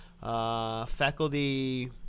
faculty